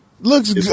looks